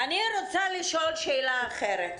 אני רוצה לשאול שאלה אחרת.